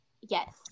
Yes